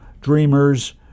dreamers